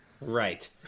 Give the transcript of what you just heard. right